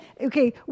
okay